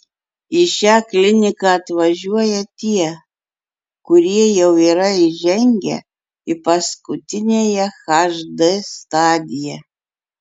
į šią kliniką atvažiuoja tie kurie jau yra įžengę į paskutiniąją hd stadiją